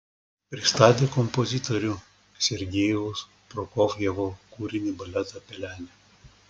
pristatė kompozitorių sergejaus prokofjevo kūrinį baletą pelenė